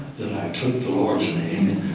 took the lord's